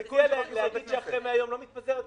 אתה מציע להגיד שאחרי 100 יום לא מתפזרת הכנסת?